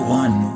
one